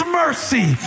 mercy